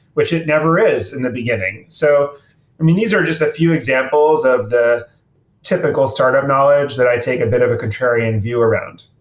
which it never is in the beginning. i so mean, these are just a few examples of the typical startup knowledge that i take a bit of a contrarian view around